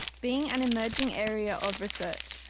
being an emerging area of research,